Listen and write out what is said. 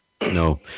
no